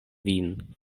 vin